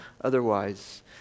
otherwise